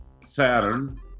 Saturn